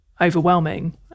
overwhelming